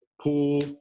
pool